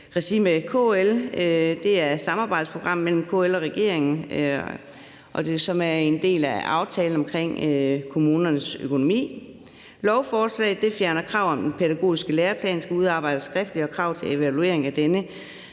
regi af KL, dvs. i et samarbejdsprogram mellem KL og regeringen, som er en del af aftalen om kommunernes økonomi. Lovforslaget fjerner kravet om, at den pædagogiske læreplan skal udarbejdes skriftligt, og krav i forhold til evalueringen af denne.